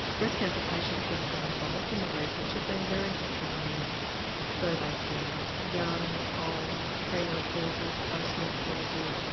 breast cancer patients that have been involved in the research have been very heterogeneous so they've been young, old, pre-menopausal, post menopausal,